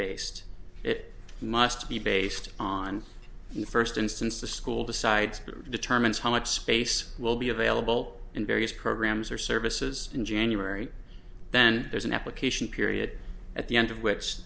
based it must be based on the first instance the school decides who determines how much space will be available in various programs or services in january then there's an application period at the end of which